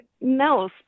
no